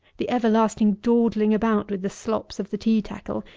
the everlasting dawdling about with the slops of the tea tackle,